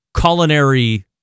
culinary